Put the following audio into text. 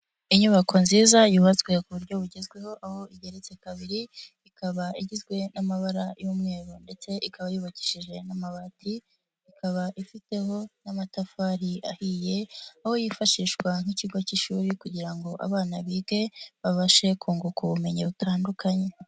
Inyubako nziza yubatswe ku buryo bugezweho aho igeretse kabiri ikaba igizwe n'amabara y'umweru ndetse ikaba yubakishije n'amabati ikaba ifiteho n'amatafari ahiye aho yifashishwa nk'ikigo cy'ishuri kugira ngo abana bige babashe kunguka ubumenyi butandukanye.